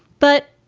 but,